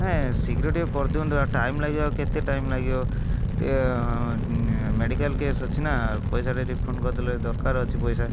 ନାଇ ଶୀଘ୍ର ଟିକେ କରିଦିଅନ୍ତୁ ଆ ଟାଇମ୍ ଲାଗିବ ଆଉ କେତେ ଟାଇମ୍ ଲାଗିବ ଟିକେ ମେଡ଼ିକାଲ୍ କେସ୍ ଅଛି ନା ପଇସା ଟା ଟିକେ ରିଫଣ୍ଡ୍ କରିଦେଲେ ଦରକାର ଅଛି ପଇସା